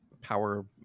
power